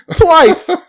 Twice